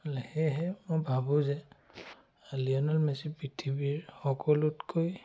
সেয়েহে মই ভাবোঁ যে লিঅ'নেল মেছি পৃথিৱীৰ সকলোতকৈ